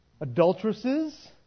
Adulteresses